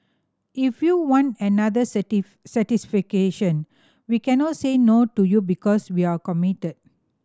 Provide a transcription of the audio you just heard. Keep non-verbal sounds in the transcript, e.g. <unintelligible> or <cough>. if you want another <unintelligible> we cannot say no to you because we're committed